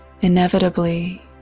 Inevitably